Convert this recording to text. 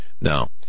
Now